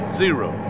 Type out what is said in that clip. zero